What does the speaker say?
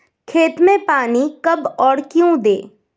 खेत में पानी कब और क्यों दें?